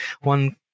one